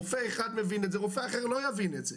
רופא אחד מבין את זה אבל רופא אחר לא יבין את זה.